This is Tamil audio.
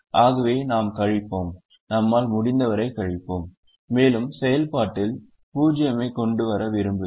ஆகவே நாம் கழிப்போம் நம்மால் முடிந்தவரை கழிப்போம் மேலும் செயல்பாட்டில் 0 ஐ கொண்டுவர விரும்புகிறோம்